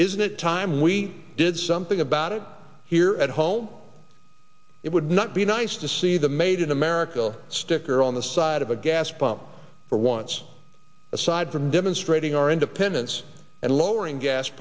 isn't it time we did something about it here at home it would not be nice to see the made in america sticker on the side of a gas pump for once aside from demonstrating our independence and lowering gas